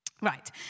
Right